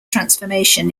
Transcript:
transformation